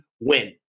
win